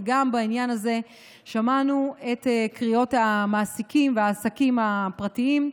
וגם בעניין הזה שמענו את קריאות המעסיקים והעסקים הפרטיים.